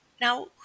Now